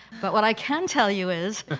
but what i can tell you is